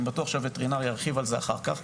אני בטוח שהווטרינר ירחיב על זה אחר כך.